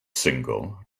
single